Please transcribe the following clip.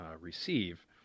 receive